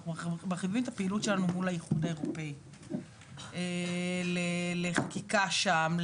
אנחנו מרחיבים את הפעילות שלנו מול האיחוד האירופי לחקיקה שם,